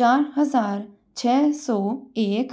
चार हज़ार छह सौ एक